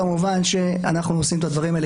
כמובן אנחנו עושים את הדברים האלה